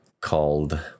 called